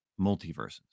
multiverses